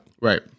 Right